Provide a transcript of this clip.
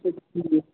اَچھا ٹھیٖک